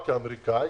כאמריקאי,